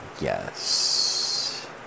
Yes